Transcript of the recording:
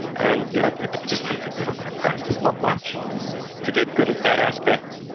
and yeah it just takes a little bit of practice, not much to get good at that aspect,